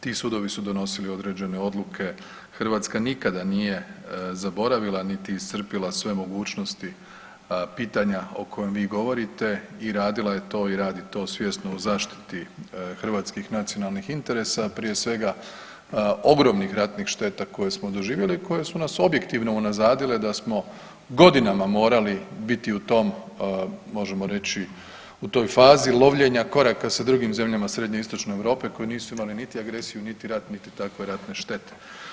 Ti sudovi su donosili određene odluke, Hrvatska nikada nije zaboravila niti iscrpila sve mogućnosti pitanja o kojem vi govorite i radila je to i radi to svjesno u zaštiti hrvatskih nacionalnih interesa, a prije svega ogromnih ratnih šteta koje smo doživjeli i koje su nas objektivno unazadile da smo godinama morali biti u tom možemo reći, u toj fazi lovljenja koraka sa drugim zemljama Srednje i Istočne Europe koje nisu imale niti agresiju, niti rat, niti takve ratne štete.